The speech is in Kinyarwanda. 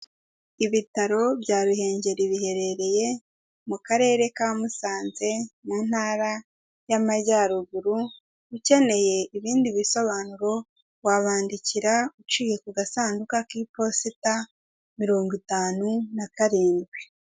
Ibitaro bya ruhengeri biherereye mu karere ka Musanze mu ntara y'Amajyaruguru, ukeneye ibindi bisobanuro wabandikira uciye ku gasanduku k'iposita mirongo itanu na karindwi.